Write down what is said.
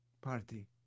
party